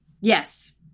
Yes